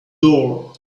door